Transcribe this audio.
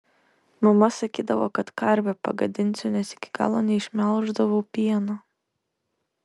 mama sakydavo kad karvę pagadinsiu nes iki galo neišmelždavau pieno